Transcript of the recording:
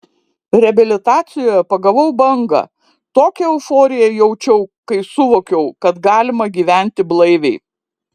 reabilitacijoje pagavau bangą tokią euforiją jaučiau kai suvokiau kad galima gyventi blaiviai